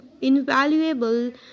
invaluable